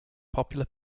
popular